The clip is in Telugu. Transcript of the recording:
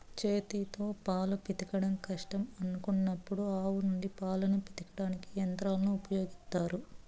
చేతితో పాలు పితకడం కష్టం అనుకున్నప్పుడు ఆవుల నుండి పాలను పితకడానికి యంత్రాలను ఉపయోగిత్తారు